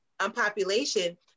Population